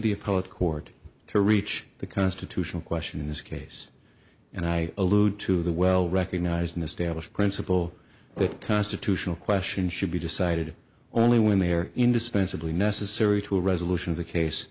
appellate court to reach the constitutional question in this case and i allude to the well recognized and established principle that constitutional question should be decided only when they are indispensably necessary to a resolution of the case